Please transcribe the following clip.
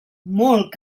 molt